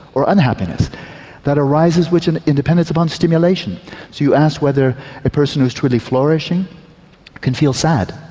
or unhappiness that arises which and independence upon stimulation. so you ask whether a person who is truly flourishing can feel sad.